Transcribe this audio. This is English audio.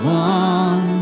one